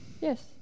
Yes